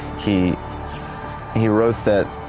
he he wrote that